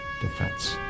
defense